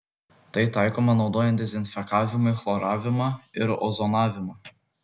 tai taikoma naudojant dezinfekavimui chloravimą ir ozonavimą